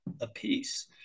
apiece